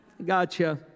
gotcha